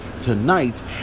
tonight